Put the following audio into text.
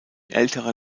älterer